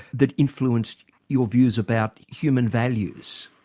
that influenced your views about human values?